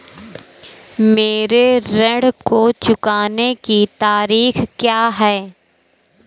मेरे ऋण को चुकाने की तारीख़ क्या है?